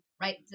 right